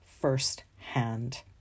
firsthand